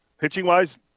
Pitching-wise